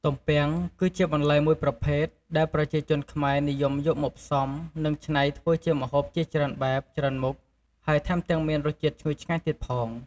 ទំពាំង គឺជាបន្លែមួយប្រភេទ ដែលប្រជាជនខ្មែរនិយមយកមកផ្សំ និងច្នៃធ្វើជាម្ហូបជាច្រើនបែប ច្រើនមុខ ហើយថែមទាំងមានរសជាតិឈ្ងុយឆ្ងាញ់ទៀតផង។